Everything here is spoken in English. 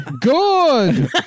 Good